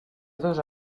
dos